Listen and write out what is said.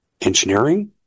engineering